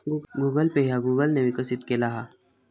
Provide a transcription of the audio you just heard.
Google Pay ह्या Google ने विकसित केला हा